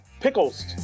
pickles